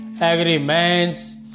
agreements